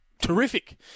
terrific